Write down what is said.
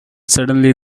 suddenly